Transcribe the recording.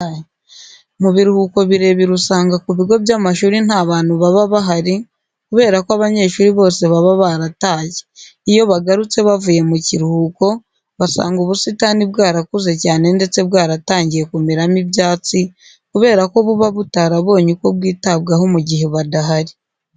Mu biruhuko birebire usanga ku bigo by'amashuri nta bantu baba bahari kubera ko abanyeshuri bose baba baratashye. Iyo bagarutse bavuye mu kiruhuko basanga ubusitani bwarakuze cyane ndetse bwaratangiye kumeramo ibyatsi kubera ko buba butarabonye uko bwitabwaho mu gihe badahari.